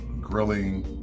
grilling